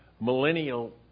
Millennial